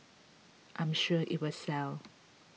I'm sure it will sell